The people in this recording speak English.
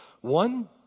One